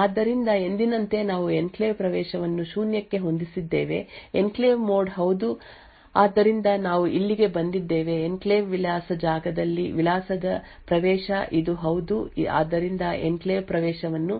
ಆದ್ದರಿಂದ ಎಂದಿನಂತೆ ನಾವು ಎನ್ಕ್ಲೇವ್ ಪ್ರವೇಶವನ್ನು ಶೂನ್ಯಕ್ಕೆ ಹೊಂದಿಸಿದ್ದೇವೆ ಎನ್ಕ್ಲೇವ್ ಮೋಡ್ ಹೌದು ಆದ್ದರಿಂದ ನಾವು ಇಲ್ಲಿಗೆ ಬಂದಿದ್ದೇವೆ ಎನ್ಕ್ಲೇವ್ ವಿಳಾಸ ಜಾಗದಲ್ಲಿ ವಿಳಾಸದ ಪ್ರವೇಶ ಇದು ಹೌದು ಆದ್ದರಿಂದ ಎನ್ಕ್ಲೇವ್ ಪ್ರವೇಶವನ್ನು